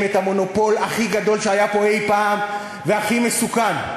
את המונופול הכי גדול שהיה פה אי-פעם והכי מסוכן.